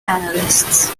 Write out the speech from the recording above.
analysts